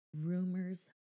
rumors